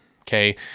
Okay